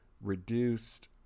reduced